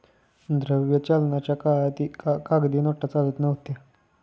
द्रव्य चलनाच्या काळात या कागदी नोटा चालत नव्हत्या